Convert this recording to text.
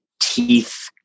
teeth